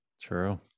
True